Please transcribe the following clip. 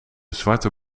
zwarte